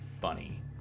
funny